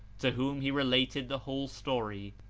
to whom he related the whole story,